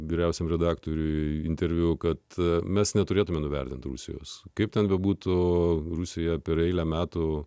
vyriausiam redaktoriui interviu kad mes neturėtumėme nuvertinti rusijos kaip ten bebūtų rusija per eilę metų